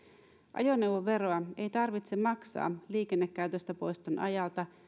ajoneuvoveroa ei tarvitse maksaa liikennekäytöstä poiston ajalta